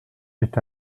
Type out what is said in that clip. est